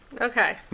Okay